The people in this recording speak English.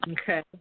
Okay